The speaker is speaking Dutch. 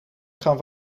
gaan